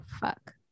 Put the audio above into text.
fuck